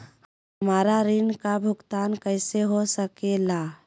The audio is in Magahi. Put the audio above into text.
हमरा ऋण का भुगतान कैसे हो सके ला?